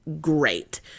great